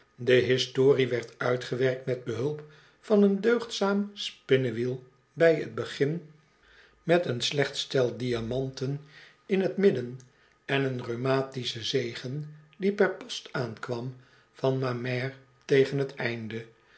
de historie werd uitgewerkt met behulp van een deugdzaam spinnewiel bij t begin met een slecht stel diamanten in t midden en een rheumatischen zegen die per post aankwam van ma mère tegen t einde